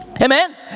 Amen